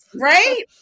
Right